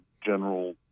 general